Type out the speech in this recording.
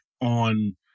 on